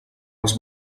als